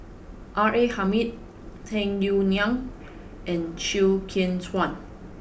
R A Hamid Tung Yue Nang and Chew Kheng Chuan